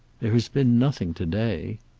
there has been nothing to-day.